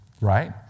Right